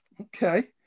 Okay